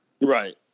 Right